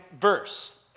verse